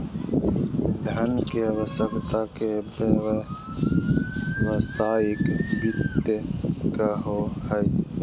धन के आवश्यकता के व्यावसायिक वित्त कहो हइ